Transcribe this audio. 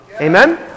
Amen